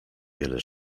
wiele